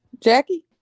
Jackie